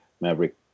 Maverick